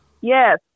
Yes